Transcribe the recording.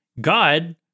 God